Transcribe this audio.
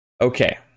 Okay